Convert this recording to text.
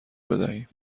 بدهیم